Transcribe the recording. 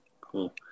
cool